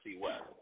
West